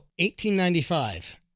1895